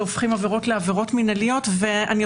שהופכים עבירות לעבירות מנהליות ואציג את זה